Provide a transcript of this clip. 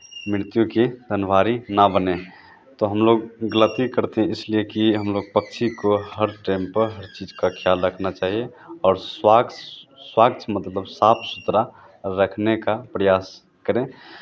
मृत्यु की तनवारी ना बनें तो हम लोग गलती करते हैं कि इसलिए कि हम लोग पक्षी को हर टेम पर हर चीज़ का ख्याल रखना चाहिए और स्वच्छ स्वच्छ मतबल साफ सुथरा रखने का प्रयास करें